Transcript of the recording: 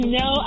no